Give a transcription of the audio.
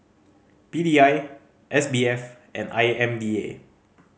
P D I S B F and I M D A